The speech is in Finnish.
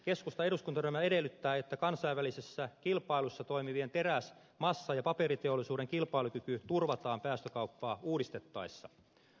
keskustan eduskuntaryhmä edellyttää että kansainvälisessä kilpailussa toimivien teräs massa ja paperiteollisuuden kilpailukyky turvataan päästökauppaa uudistettaessa